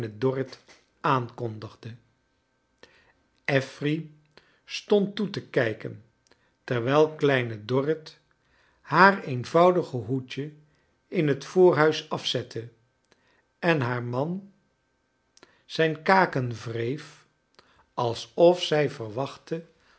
dorrit aankondigde affery stond toe te kijken terwijl kleine dorrit haar eenvoudige hoedje in het voorhuis afzette en haar roan zijn kaken wreef alsof zij verwachtte